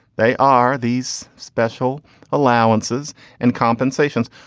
they are these special allowances and compensations.